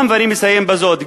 אני מסיים בזאת,